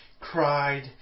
cried